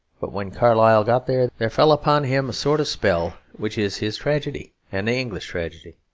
but when carlyle got there, there fell upon him a sort of spell which is his tragedy and the english tragedy,